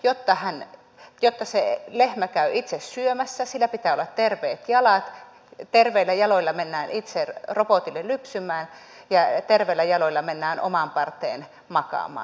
jotta se lehmä käy itse syömässä sillä pitää olla terveet jalat terveillä jaloilla mennään itse robotille lypsämään ja terveillä jaloilla mennään omaan parteen makaamaan